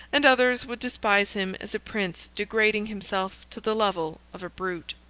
and others would despise him as a prince degrading himself to the level of a brute.